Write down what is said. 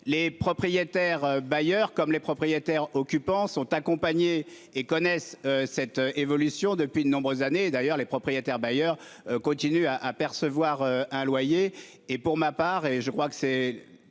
Les propriétaires bailleurs comme les propriétaires occupants sont accompagnés et connaissent cette évolution depuis de nombreuses années d'ailleurs, les propriétaires bailleurs continue à à percevoir un loyer et pour ma part et je crois que c'est